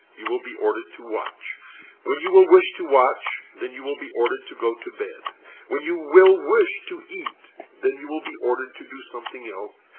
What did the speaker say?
you will be ordered to watch when you will wish to watch, then you will be ordered to go to bed when you will wish to eat, then you will be ordered to do something else.